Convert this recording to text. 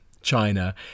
China